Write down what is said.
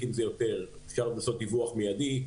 עם זה יותר אפשר לעשות דיווח מיידי,